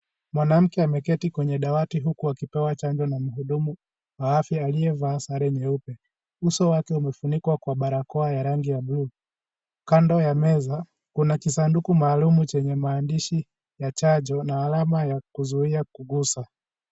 Mwanamke ameketi kwenye dawati huku akipewa chanjo na mhudumu wa afya aliyevaa sare nyeupa. Uso wake umefunikwa kwa barakoa ya rangi ya bluu. Kando ya meza kuna kisanduku maalum chenye maandishi ya chajo na alama ya kuzuia kugusa.